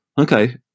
Okay